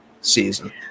season